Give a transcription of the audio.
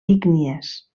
ígnies